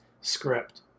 script